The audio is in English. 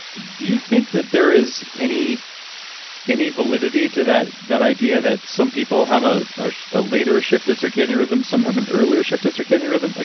do you think that there is any any validity to that that idea that some people have a ah later shift to and circadian rhythm, some have an earlier shift to circadian rhythm? like